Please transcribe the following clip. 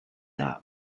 out